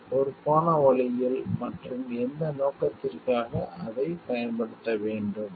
ஒரு பொறுப்பான வழியில் மற்றும் எந்த நோக்கத்திற்காக அதைப் பயன்படுத்த வேண்டும்